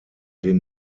den